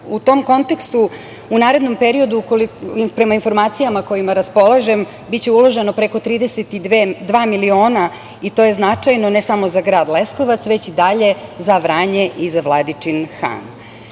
tom kontekstu, u narednom periodu, prema informacijama kojima raspolažem, biće uloženo preko 32 miliona, i to je značajno ne samo za grad Leskovac, već dalje za Vranje i za Vladičin Han.